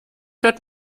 wird